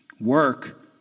Work